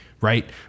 right